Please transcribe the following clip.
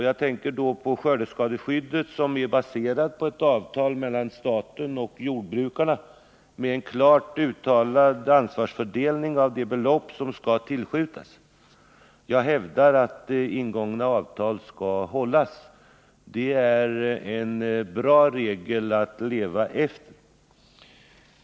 Jag tänker på skördeskadeskyddet, som är baserat på ett avtal mellan staten och jordbrukarna med en klart uttalad ansvarsfördelning när det gäller de belopp som skall tillskjutas. Jag hävdar att ingångna avtal skall hållas. Det är en bra regel att leva efter.